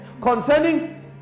Concerning